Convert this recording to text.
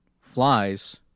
flies